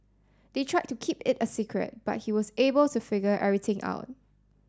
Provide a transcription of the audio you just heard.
they tried to keep it a secret but he was able to figure everything out